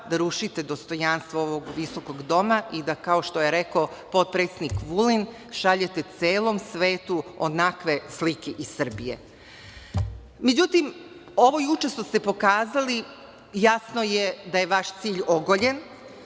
da rušite dostojanstvo ovog visokog doma i da, kao što je rekao potpredsednik Vulin, šaljete celom svetu onakve slike iz Srbije.Međutim, ovo juče što ste pokazali jasno je da vaš cilj ogoljen,